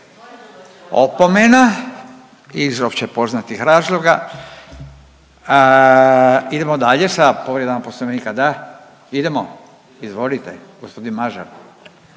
Opomena iz opće poznatih razloga. Idemo dalje sa povredama Poslovnika. Da, idemo. Izvolite, gospodin Mažar.